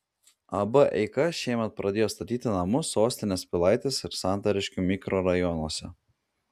ab eika šiemet pradėjo statyti namus sostinės pilaitės ir santariškių mikrorajonuose